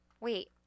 Wait